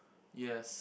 yes